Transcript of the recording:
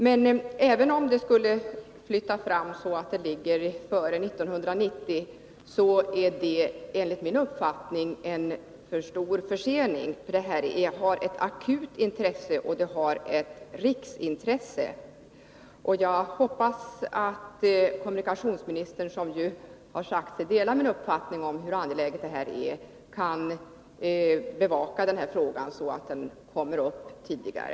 Men även om det skulle flyttas fram så att det påbörjas före 1990, blir det enligt min uppfattning en för stor försening, eftersom objektet är av akut riksintresse. Jag hoppas att kommunikationsministern, som ju har sagt sig dela min uppfattning om hur angeläget objektet är, kan bevaka den här frågan så att den kommer upp tidigare.